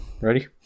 Ready